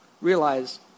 realize